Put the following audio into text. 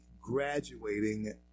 graduating